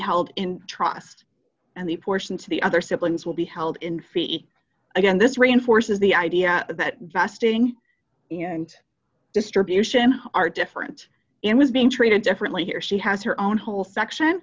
held in trust and the portion to the other siblings will be held in fee again this reinforces the idea that fasting and distribution are different and was being treated differently here she has her own whole section